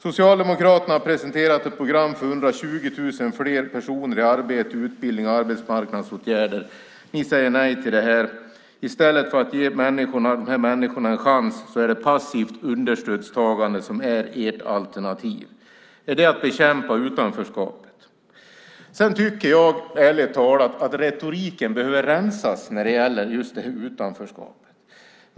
Socialdemokraterna har presenterat ett program för 120 000 fler personer i arbete, utbildning och arbetsmarknadsåtgärder. Ni säger nej till det. I stället för att ge dessa människor en chans är det passivt understödstagande som är ert alternativ. Är det att bekämpa utanförskapet? Jag tycker ärligt talat att retoriken behöver rensas när det gäller utanförskapet.